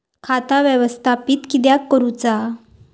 खाता व्यवस्थापित किद्यक करुचा?